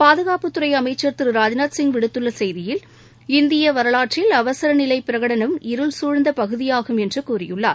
பாதுகாப்புத்துறைஅமைச்சர் திரு ராஜ்நாத்சிங் விடுத்துள்ளசெய்தியில் இந்தியவரலாற்றில் அவசரநிலைபிரகடனம் இருள்சூழ்ந்தபகுதியாகும் என்றுகூறியுள்ளார்